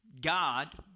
God